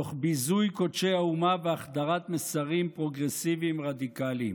תוך ביזוי קודשי האומה והחדרת מסרים פרוגרסיביים רדיקליים,